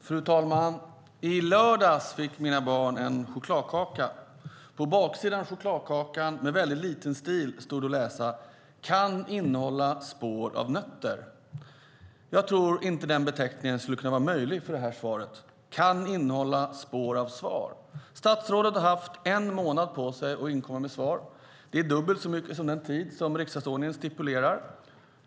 Fru talman! I lördags fick mina barn en chokladkaka. På baksidan av chokladkakan stod att läsa, med liten stil: Kan innehålla spår av nötter. Jag tror inte att ens följande beteckning skulle kunna vara möjlig för detta svar: Kan innehålla spår av svar. Statsrådet har haft en månad på sig att inkomma med svar. Det är dubbelt så mycket som den tid riksdagsordningen stipulerar.